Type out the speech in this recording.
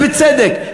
ובצדק,